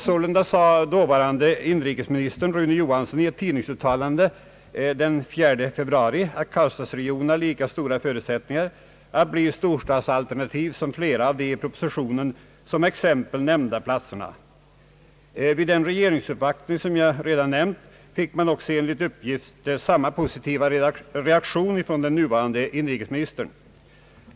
Sålunda sade dåvarande inrikesministern Rune Johansson i ett tidningsuttalande den 4 februari att karlstadsregionen har lika stora förut sättningar att bli ett storstadsalternativ som flera av de i propositionen som exempel nämnda platserna. Vid den regeringsuppvaktning som jag redan nämnt fick man enligt uppgift också samma positiva reaktion från den nuvarande inrikesministern.